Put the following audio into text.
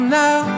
now